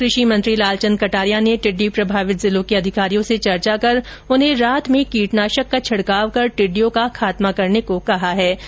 इधर कृषि मंत्री लालचंद कटारिया ने टिड़डी प्रभावित जिलों के अधिकारियों से चर्चा कर उन्हें रात में कीटनाशक का छिडकाव कर टिड़िडयों का खात्मा करने के निर्देश दिए है